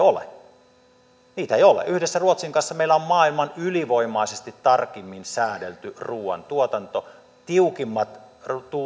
ole yhdessä ruotsin kanssa meillä on maailman ylivoimaisesti tarkimmin säädelty ruoantuotanto tiukimmat